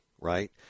right